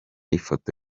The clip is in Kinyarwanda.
ifoto